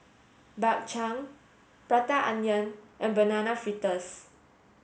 Bak Chang Prata onion and banana fritters